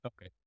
Okay